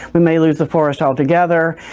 we may lose the forest altogether,